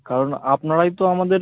কারণ আপনারাই তো আমাদের